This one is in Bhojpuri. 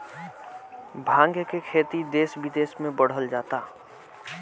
भाँग के खेती देस बिदेस में बढ़ल जाता